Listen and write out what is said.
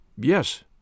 Yes